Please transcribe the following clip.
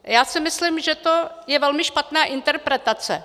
Já si myslím, že to je velmi špatná interpretace.